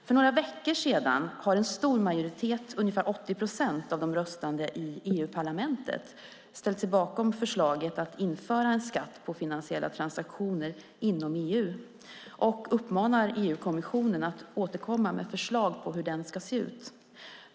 För några veckor sedan ställde sig en stor majoritet, ungefär 80 procent av de röstande, i EU-parlamentet bakom förslaget att man ska införa en skatt på finansiella transaktioner inom EU. Man uppmanar EU-kommissionen att återkomma med förslag på hur den ska se ut.